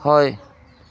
হয়